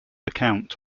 account